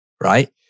right